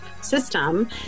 system